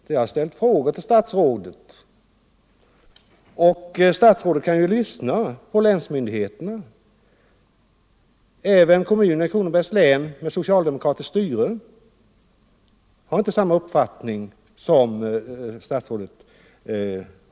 Jag har ställt frågor till statsrådet. Statsrådet kan ju också lyssna på vad länsmyndigheterna anser. Kommunerna i Kronobergs län med socialdemokratiskt styre har inte heller samma uppfattning som statsrådet.